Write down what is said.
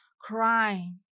crying